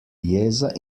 jeza